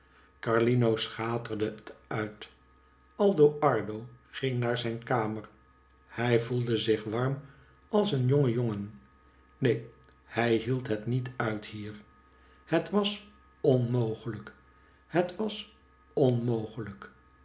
schaterde het uit aldo ardo ging naar zijn kamer hij voelde zich warm als een jonge jongen neen hij hield het niet uit hier het was onmogelijk het was onmogelijk